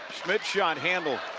schmitt shot handled